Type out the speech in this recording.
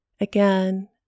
Again